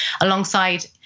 alongside